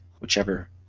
whichever